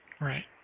Right